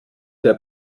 der